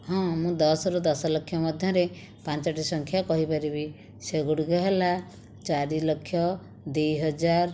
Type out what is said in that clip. ହଁ ମୁଁ ଦଶ ରୁ ଦଶଲକ୍ଷ ମଧ୍ୟରେ ପାଞ୍ଚୋଟି ସଂଖ୍ୟା କହିପାରିବି ସେଗୁଡ଼ିକ ହେଲା ଚାରିଲକ୍ଷ ଦୁଇହଜାର